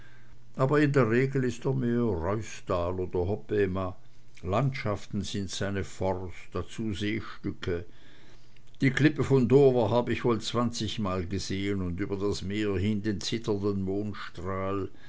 aber in der regel ist er mehr ruysdael oder hobbema landschaften sind seine force dazu seestücke die klippe von dover hab ich wohl zwanzigmal gesehn und über das meer hin den zitternden